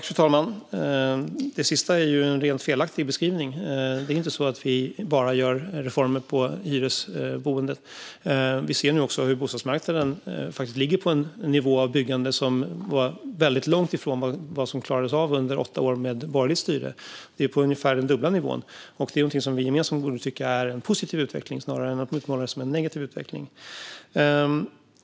Fru talman! Det sista är en rent felaktig beskrivning. Det är inte så att vi bara gör reformer som gäller hyresboende. Vi ser nu också att byggandet på bostadsmarknaden faktiskt ligger på en nivå som är mycket långt ifrån vad som klarades av under åtta år med borgerligt styre. Det ligger på ungefär den dubbla nivån. Det är någonting som vi båda borde tycka är en positiv utveckling snarare än en negativ utveckling.